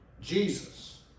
Jesus